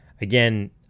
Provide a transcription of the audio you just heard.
Again